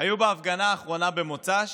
היו בהפגנה האחרונה במוצ"ש,